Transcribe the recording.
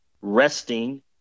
resting